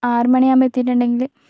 ആറുമണിയാകുമ്പോൾ എത്തിയിട്ടുണ്ടെങ്കിൽ